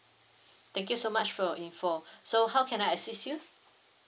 thank you so much for your info so how can I assist you